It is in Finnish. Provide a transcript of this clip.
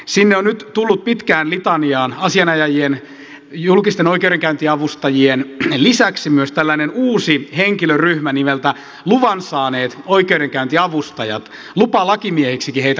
sinne on nyt tullut pitkään litaniaan asianajajien julkisten oikeudenkäyntiavustajien lisäksi myös tällainen uusi henkilöryhmä nimeltä luvan saaneet oikeudenkäyntiavustajat lupalakimiehiksikin heitä kutsutaan